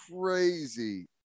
crazy